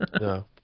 No